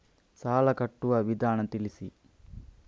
ಸಾಲ ಕಟ್ಟುವ ವಿಧಾನ ತಿಳಿಸಿ?